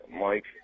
Mike